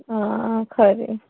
हा खरी